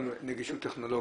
גם נגישות טכנולוגית.